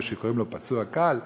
ושקוראים לו פצוע קל.